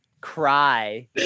Cry